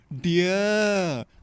Dear